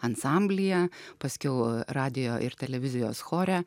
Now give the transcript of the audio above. ansamblyje paskiau radijo ir televizijos chore